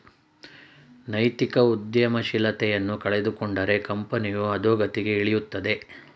ನೈತಿಕ ಉದ್ಯಮಶೀಲತೆಯನ್ನು ಕಳೆದುಕೊಂಡರೆ ಕಂಪನಿಯು ಅದೋಗತಿಗೆ ಇಳಿಯುತ್ತದೆ